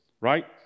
Right